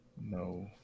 no